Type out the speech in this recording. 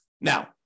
Now